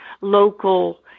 local